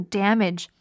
damage